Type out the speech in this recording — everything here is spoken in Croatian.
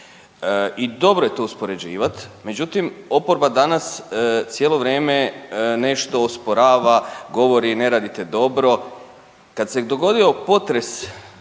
I dobro je to uspoređivati. Međutim, oporba danas cijelo vrijeme nešto osporava, govori ne radite dobro. Kad se dogodio potres